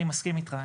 אני מסכים איתך,